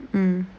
mm